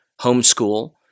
homeschool